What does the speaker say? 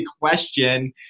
question